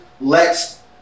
lets